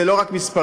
זה לא רק מספרים,